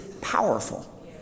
powerful